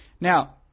Now